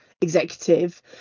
executive